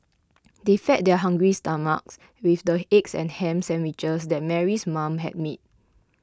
they fed their hungry stomachs with the egg and ham sandwiches that Mary's mother had made